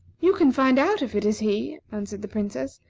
you can find out if it is he, answered the princess,